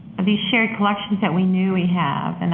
these shared collections that we knew we have. and